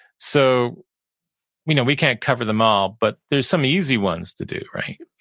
so we know we can't cover them all, but there's some easy ones to do, right?